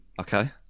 Okay